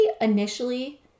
initially